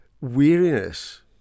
weariness